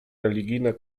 religijna